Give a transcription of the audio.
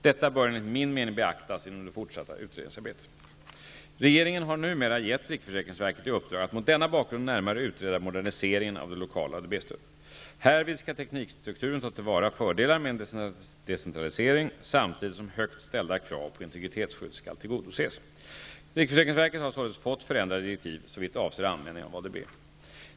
Detta bör enligt min mening beaktas inom det fortsatta utredningsarbetet. Regeringen har numera gett riksförsäkringsverket i uppdrag att mot denna bakgrund närmare utreda moderniseringen av det lokala ADB-stödet. Härvid skall teknikstrukturen ta till vara fördelar med en decentralisering samtidigt som högt ställda krav på integritetsskydd skall tillgodoses. Riksförsäkringsverket har således fått förändrade direktiv såvitt avser användningen av ADB.